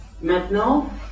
Maintenant